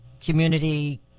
community